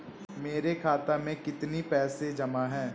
मेरे खाता में कितनी पैसे जमा हैं?